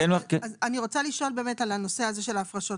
אני רוצה לשאול על הנושא הזה של ההפרשות.